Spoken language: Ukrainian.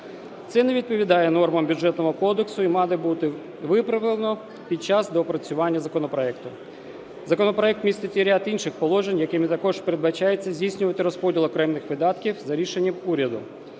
Це не відповідає нормам Бюджетного кодексу і має бути виправлено під час доопрацювання законопроекту. Законопроект містить і ряд інших положень, якими також передбачається здійснювати розподіл окремих видатків за рішенням уряду.